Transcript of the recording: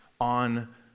on